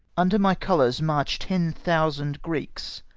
under my colours march ten thousand greeks,